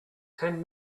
ten